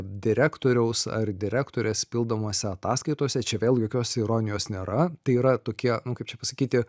direktoriaus ar direktorės pildomuose ataskaitose čia vėl jokios ironijos nėra tai yra tokie nu kaip čia pasakyti